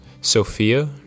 Sophia